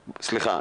סליחה,